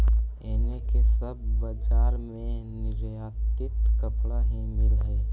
एने के सब बजार में निर्यातित कपड़ा ही मिल हई